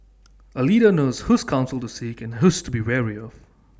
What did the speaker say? A leader knows whose counsel to seek and whose to be wary of